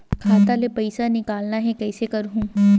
खाता ले पईसा निकालना हे, कइसे करहूं?